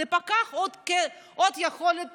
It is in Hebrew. עם עוד יכולת